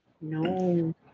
No